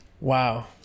Wow